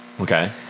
Okay